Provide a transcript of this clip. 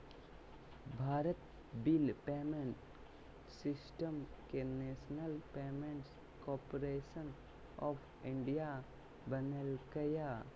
Bharat bill payment system के national payments corporation of India बनैल्कैय